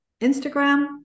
Instagram